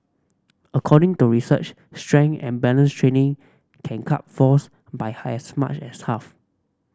according to research strength and balance training can cut falls by hires much as half